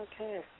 Okay